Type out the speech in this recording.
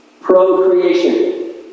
procreation